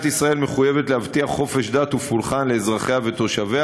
ישראל מחויבת להבטיח חופש דת ופולחן לאזרחיה ותושביה,